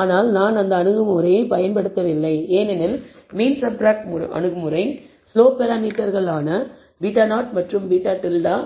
ஆனால் நான் அந்த அணுகுமுறையைப் பயன்படுத்தவில்லை ஏனெனில் மீன் சப்ராக்ட் அணுகுமுறை ஸ்லோப் பராமீட்டர்கள் ஆன β0 மற்றும் β̂ β